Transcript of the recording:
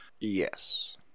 Yes